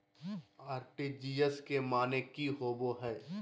RTGS के माने की होबो है?